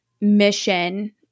mission